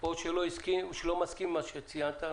או שלא מסכים עם מה שציינת.